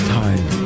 time